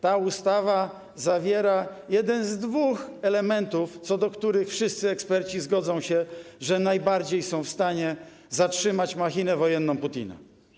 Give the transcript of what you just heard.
Ta ustawa zawiera jeden z dwóch elementów, co do których wszyscy eksperci zgodzą się, że w największym stopniu są w stanie zatrzymać machinę wojenną Putina.